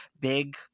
big